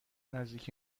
نزدیک